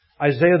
Isaiah